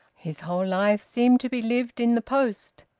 his whole life seemed to be lived in the post,